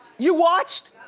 you watched?